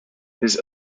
his